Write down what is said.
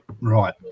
Right